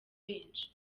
benshi